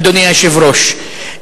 אדוני היושב-ראש.